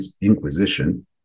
inquisition